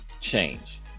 change